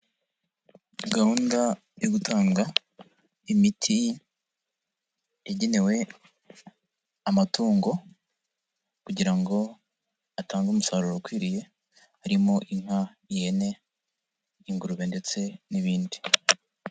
Gahunda yo gutanga imiti igenewe amatungo kugira ngo atange umusaruro ukwiriye harimo: inka, ihene, ingurube ndetse n'ibindi.